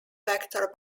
vector